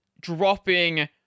dropping